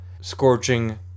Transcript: scorching